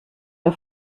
der